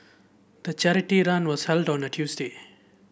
the charity run was held on a Tuesday